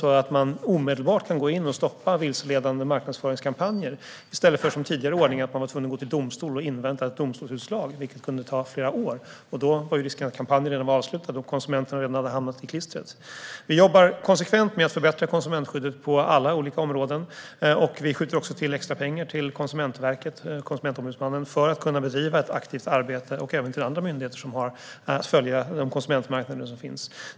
Nu kan man omedelbart gå in och stoppa vilseledande marknadsföringskampanjer i stället för att som i tidigare ordning tvingas gå till domstol och invänta ett domstolsutslag. Det kunde ju ta flera år, och då var det risk att kampanjen var avslutad och att konsumenterna redan hamnat i klistret. Vi jobbar konsekvent med att förbättra konsumentskyddet på alla olika områden. Vi skjuter också till extra pengar till Konsumentverket och Konsumentombudsmannen för att de ska kunna bedriva ett aktivt arbete. Det gör vi även till andra myndigheter som har att följa de konsumentmarknader som finns.